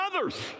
others